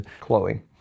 Chloe